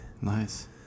Nice